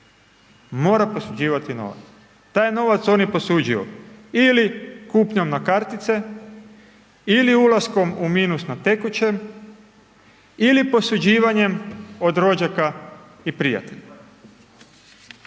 Mora postiđivati novac, taj novac oni posuđuju ili kupnjom na kartice ili ulaskom u minus na tekućem ili posuđivanjem od rođaka i prijatelja.